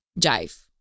Jive